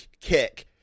kick